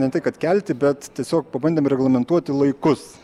ne tai kad kelti bet tiesiog pabandėm reglamentuoti laikus